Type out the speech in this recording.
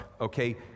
Okay